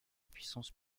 puissance